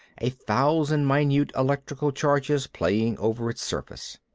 a thousand minute electric charges playing over its surface.